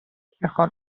এখন